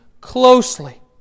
closely